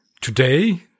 today